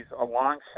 alongside